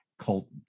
cult